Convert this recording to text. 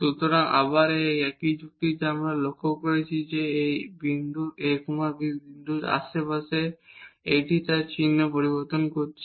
সুতরাং আবার একই যুক্তি যা আমরা লক্ষ্য করেছি যে এই বিন্দুর a b বিন্দুর আশেপাশে এটি তার চিহ্ন পরিবর্তন করছে